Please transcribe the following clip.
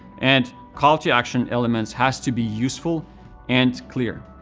and call to action elements has to be useful and clear.